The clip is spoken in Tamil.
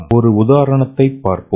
ஒரு உதாரணத்தைப் பார்ப்போம்